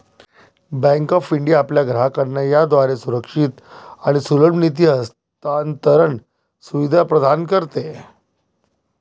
bank of India आपल्या ग्राहकांना याद्वारे सुरक्षित आणि सुलभ निधी हस्तांतरण सुविधा प्रदान करते